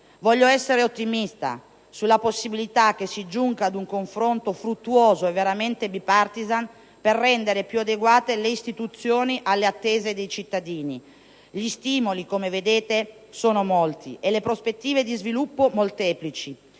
Voglio essere ottimista sulla possibilità che si giunga ad un confronto fruttuoso e veramente *bipartisan* per rendere più adeguate le istituzioni alle attese dei cittadini. Gli stimoli, come vedete, sono molti e le prospettive di sviluppo molteplici.